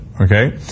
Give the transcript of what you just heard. okay